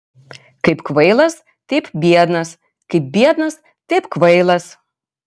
kaip kvailas taip biednas kaip biednas taip kvailas